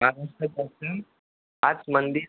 महाराष्ट्र पाच मंदिर